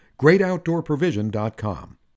GreatOutdoorProvision.com